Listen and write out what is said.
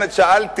לכן אמרתי,